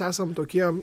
esam tokie